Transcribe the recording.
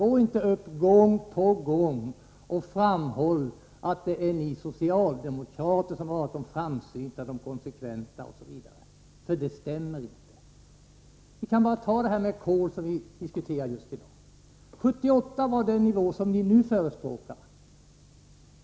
Gå inte upp i talarstolen gång på gång och framhåll att det är ni socialdemokrater som har varit de framsynta och de konsekventa osv. För det stämmer inte! Vi kan ta kolet, som vi diskuterar i dag, som exempel. 1978 gällde den nivå som ni nu förespråkar.